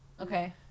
Okay